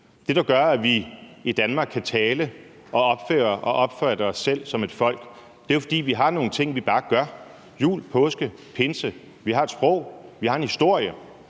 Det, der gør, at vi i Danmark kan tale om og opfatte os selv som et folk, er jo, at vi har nogle ting, vi bare gør. Vi har jul, påske, pinse, og vi har et sprog, og vi har en historie.